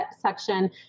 section